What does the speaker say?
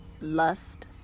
Lust